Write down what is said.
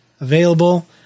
available